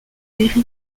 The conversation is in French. mérites